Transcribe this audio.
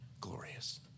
glorious